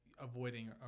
avoiding